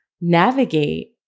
navigate